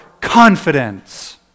confidence